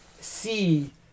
see